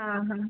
ଅଁ ହଁ